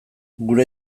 gure